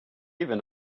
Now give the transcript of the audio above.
even